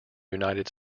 united